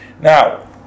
Now